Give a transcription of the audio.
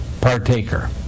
partaker